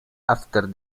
after